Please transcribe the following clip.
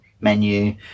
menu